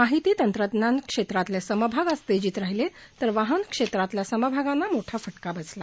माहिती तंत्रज्ञान क्षेत्रातले समभाग आज तेजीत राहीले तर वाहन क्षेत्रातल्या समभागांना मोठा फटका बसला